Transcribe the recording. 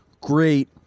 great